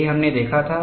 यही हमने देखा था